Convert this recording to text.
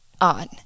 on